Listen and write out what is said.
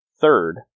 third